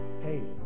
hey